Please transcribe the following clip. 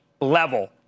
level